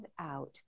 out